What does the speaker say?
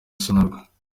sonarwa